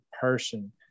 person